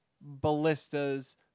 ballistas